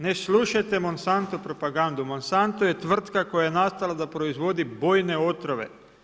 Ne slušajte Monsantno propagandu, Monsanto je tvrtka koja je nastala da proizvodi bojne otrove.